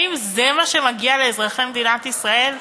האם זה מה שמגיע לאזרחי מדינת ישראל?